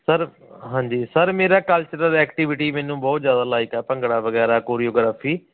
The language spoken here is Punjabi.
ਸਰ ਹਾਂਜੀ ਸਰ ਮੇਰਾ ਕਲਚਰਲ ਐਕਟੀਵਿਟੀ ਮੈਨੂੰ ਬਹੁਤ ਜ਼ਿਆਦਾ ਲਾਈਕ ਆ ਭੰਗੜਾ ਵਗੈਰਾ ਕੋਰੀਓਗਰਾਫੀ